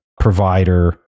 provider